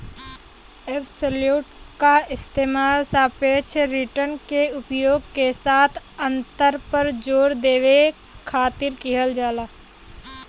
absolute क इस्तेमाल सापेक्ष रिटर्न के उपाय के साथ अंतर पर जोर देवे खातिर किहल जाला